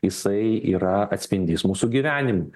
jisai yra atspindys mūsų gyvenimo